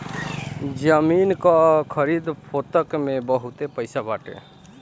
जमीन कअ खरीद फोक्त में बहुते पईसा बाटे